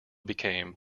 became